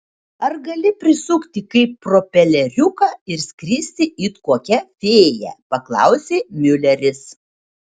ar gali prisukti kaip propeleriuką ir skristi it kokia fėja paklausė miuleris